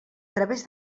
través